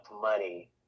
money